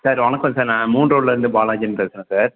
sir வணக்கம் sir நான் மூணு ரோடிலேருந்து பாலாஜின்னு பேசுகிறேன் சார்